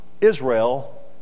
Israel